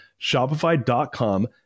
shopify.com